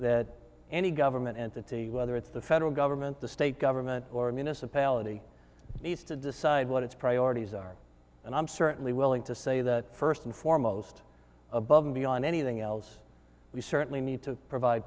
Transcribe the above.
that any government entity whether it's the federal government the state government or a municipality needs to decide what its priorities are and i'm certainly willing to say that first and foremost above and beyond anything else we certainly need to provide